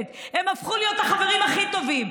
הפער הוא כזה,